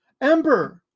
Ember